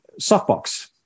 softbox